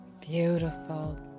Beautiful